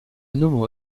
nomo